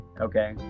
okay